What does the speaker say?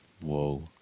whoa